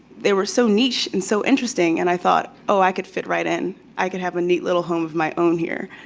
they were so niche and so interesting, and i thought, oh i could fit right in, i could have a neat little home of my own here.